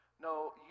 No